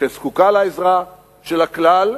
שזקוקה לעזרה של הכלל.